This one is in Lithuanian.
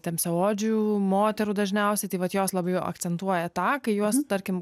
tamsiaodžių moterų dažniausiai tai vat jos labai akcentuoja tą kai juos tarkim